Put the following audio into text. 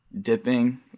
dipping